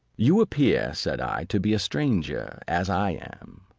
you appear, said i, to be a stranger, as i am.